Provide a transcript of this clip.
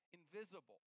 invisible